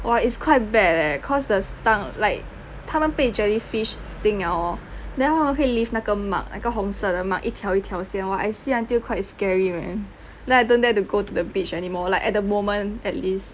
!wah! it's quite bad leh cause the stung like 他们被 jellyfish sting liao hor then 他们会 leave 那个 mark 那个红色的 mark 一条一条线 lor I see until quite scary man then I don't dare to go to the beach anymore like at the moment at least